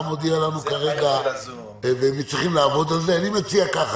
הודיע על הפסקת חברותו בכנסת כאמור" יבוא: "תימסר בתוך 48 שעות מהמועד